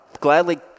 gladly